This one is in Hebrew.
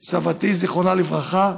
סבתי, זיכרונה לברכה,